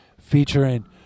featuring